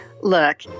Look